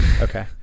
Okay